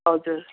हजुर